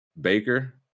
Baker